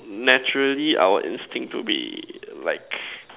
naturally our instinct to be like